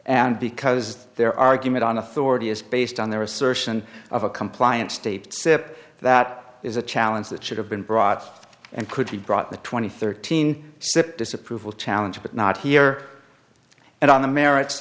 and because their argument on authority is based on their assertion of a compliant state sip that is a challenge that should have been brought and could be brought the twenty thirteen sept disapproval challenge but not here and on the merits